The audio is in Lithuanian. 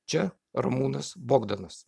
čia ramūnas bogdanas